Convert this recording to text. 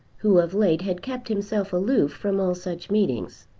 who of late had kept himself aloof from all such meetings.